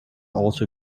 also